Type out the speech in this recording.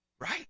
Right